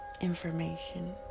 information